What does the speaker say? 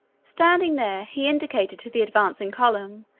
standing there, he indicated to the advancing column,